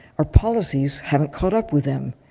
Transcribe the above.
our policies haven't caught up with them.